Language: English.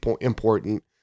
important